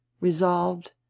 resolved